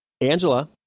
Angela